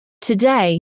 Today